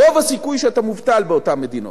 רוב הסיכויים שאתה מובטל באותן מדינות.